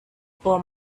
for